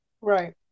Right